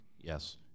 Yes